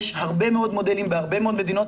יש הרבה מאוד מודלים בהרבה מאוד מדינות,